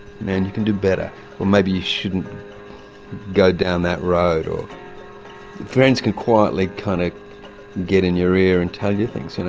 man, you can do better or, maybe you shouldn't go down that road. friends can quietly kind of get in your ear and tell you things.